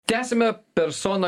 tęsiame personą